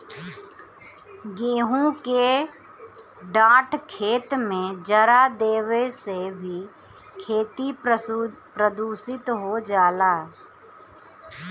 गेंहू के डाँठ खेत में जरा देवे से भी खेती प्रदूषित हो जाला